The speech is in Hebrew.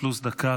פלוס דקה